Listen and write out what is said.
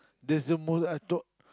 that's the most I talk